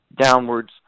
downwards